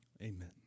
amen